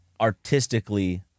artistically